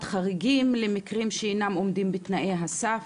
חריגים למקרים שאינם עומדים בתנאי הסף.